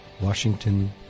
Washington